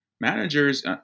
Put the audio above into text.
Managers